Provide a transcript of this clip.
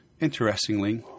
Interestingly